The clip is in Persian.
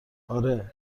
آره